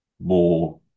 more